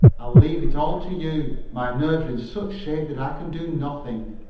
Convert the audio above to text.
i leave it all to you. my nerves are in such shape that i can do nothing.